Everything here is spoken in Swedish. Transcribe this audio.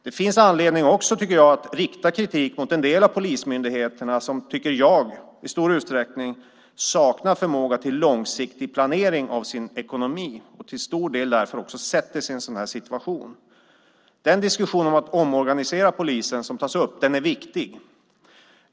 Det finns anledning att rikta kritik mot en del polismyndigheter som jag tycker i stor utsträckning saknar förmåga till långsiktig planering av sin ekonomi och därför försätter sig i en svår situation. Diskussionen om att omorganisera polisen är viktig.